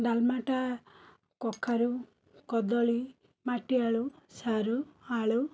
ଡାଲମାଟା କଖାରୁ କଦଳୀ ମାଟି ଆଳୁ ସାରୁ ଆଳୁ